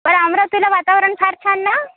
बरं अमरावतीला वातावरण फार छान ना